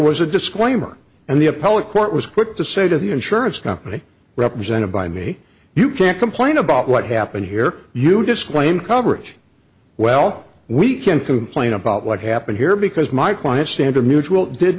was a disclaimer and the appellate court was quick to say to the insurance company represented by me you can't complain about what happened here you disclaim coverage well we can't complain about what happened here because my client standard mutual did